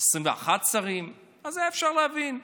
21 שרים, אז היה אפשר להבין.